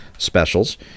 Specials